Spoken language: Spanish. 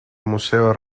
museo